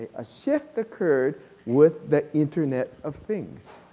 a shift occurred with the internet of things.